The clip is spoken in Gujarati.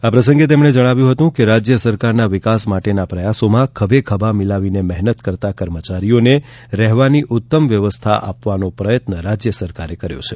આ પ્રસંગે તેમણે જણાવ્યું હતું કે રાજ્ય સરકારના વિકાસ માટેના પ્રયાસમાં ખભે ખભા મિલાવીને મહેનત કરતા કર્મચારીઓને રહેવાની ઉત્તમ વ્યવસ્થા આપવાનો પ્રયત્ન રાજ્ય સરકારે કર્યો છે